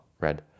red